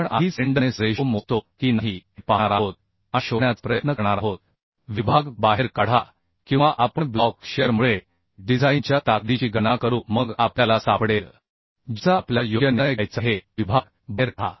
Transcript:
आपण आधी slenderness ratio मोजतो की नाही हे पाहणार आहोत आणि शोधण्याचा प्रयत्न करणार आहोत विभाग बाहेर काढा किंवा आपण ब्लॉक शियरमुळे डिझाइनच्या ताकदीची गणना करू मग आपल्याला सापडेल ज्याचा आपल्याला योग्य निर्णय घ्यायचा आहे तो विभाग बाहेर काढा